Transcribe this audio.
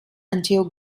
until